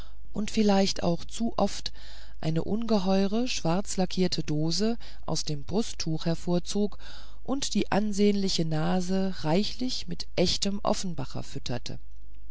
und vielleicht auch zu oft eine ungeheure schwarzlackierte dose aus dem brusttuch hervorzog und die ansehnliche nase reichlich mit echtem offenbacher fütterte